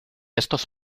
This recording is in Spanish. estos